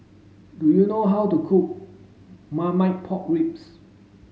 do you know how to cook Marmite Pork Ribs